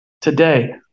today